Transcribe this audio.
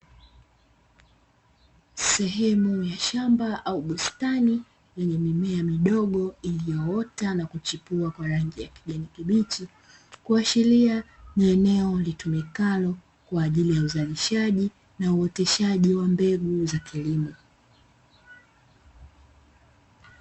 Sehemu ya shamba au bustani ndogo iliyoota na kuchipua kwa rangi ya kijani kibichi, ikiashiria ni eneo litumikalo kwa ajili ya uzalishaji na uoteshaji wa mbegu za kilimo.